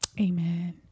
Amen